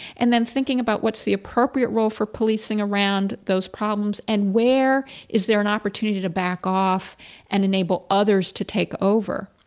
and then, thinking about what the appropriate role for policing around those problems and where is there an opportunity to back off and enable others to take over.